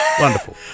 wonderful